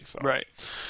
Right